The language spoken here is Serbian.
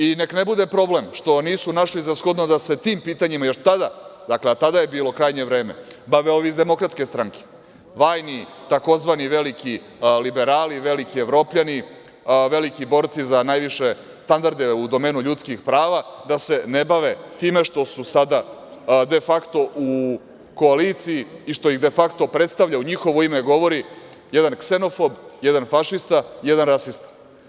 I neka ne bude problem što nisu našli za shodno da se tim pitanjima, još tada, a tada je bilo krajnje vreme, bave ovi iz Demokratske stranke, vajni, takozvani veliki liberali, veliki evroljani, veliku borci za najviše standarde u domenu ljudskih prava, da se ne bave time što su sada defakto u koaliciji, i što ih defakto predstavlja, u njihovo ime govori jedan ksenofob, jedan fašista, jedan rasista.